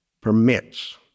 permits